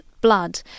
blood